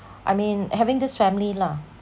I mean having this family lah